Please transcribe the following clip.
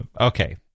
okay